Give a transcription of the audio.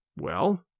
Well